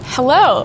Hello